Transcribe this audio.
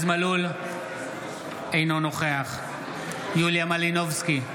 אינו נוכח יוליה מלינובסקי,